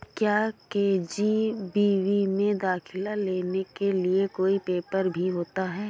क्या के.जी.बी.वी में दाखिला लेने के लिए कोई पेपर भी होता है?